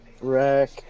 Rack